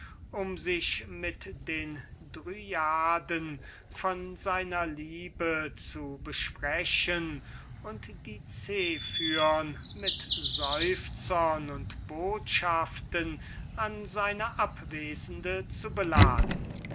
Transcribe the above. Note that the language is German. um sich mit den dryaden von seiner liebe zu besprechen und die zephyrs mit seufzern und botschaften an seine abwesende zu beladen